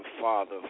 Father